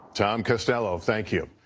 tom costello, thank you.